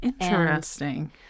interesting